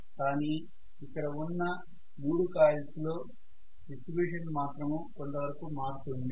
కానీ ఇక్కడ ఉన్న 3 కాయిల్స్ లో డిస్ట్రిబ్యూషన్ మాత్రము కొంత వరకు మారుతుంది